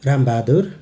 Ram Bahadur